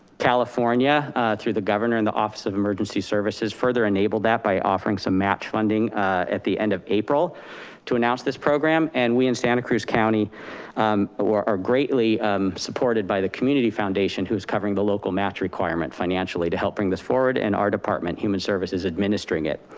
california through the governor and the office of emergency services further enabled that by offering some match funding at the end of april to announce this program and we in santa cruz county are greatly supported by the community foundation, who's covering the local match requirement financially to help bring this forward, and our department, human services, administering it.